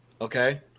Okay